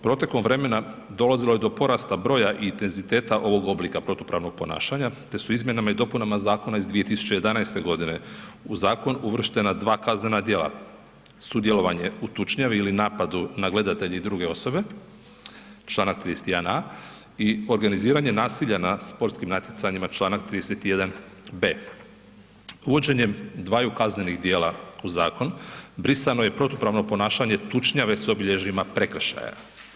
Protekom vremena dolazilo je do porasta broja intenziteta ovog oblika protupravnog ponašanja te su izmjenama i dopunama zakona iz 2011. godine u zakon uvrštena dva kaznena djela – sudjelovanje u tučnjavi ili napadu na gledatelje i druge osobe članak 31.a i organiziranje nasilja na sportskim natjecanjima članak 31.b. Uvođenjem dvaju kaznenih djela u zakon brisano je protupravno ponašanje tučnjave s obilježjima prekršaja.